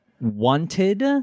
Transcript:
Wanted